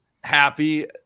happy